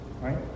Right